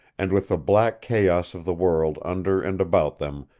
and with the black chaos of the world under and about them,